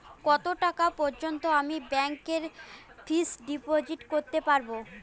কত টাকা পর্যন্ত আমি ব্যাংক এ ফিক্সড ডিপোজিট করতে পারবো?